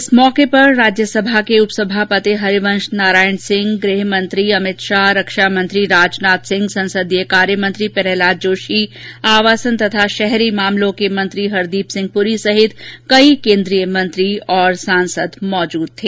इस अवसर पर राज्यसभा के उपसभापति हरिवंश नारायण सिंह गृहमंत्री अभित शाह रक्षामंत्री राजनाथ सिंह संसदीय कार्यमंत्री प्रहलाद जोशी आवासन तथा शहरी मामलों की मंत्री हरदीप सिंह प्ररी सहित कई केंद्रीय मंत्री और सांसद उपस्थित थे